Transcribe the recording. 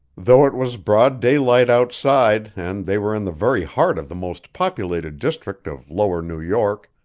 though it was broad daylight outside and they were in the very heart of the most populated district of lower new york,